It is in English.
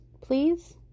Please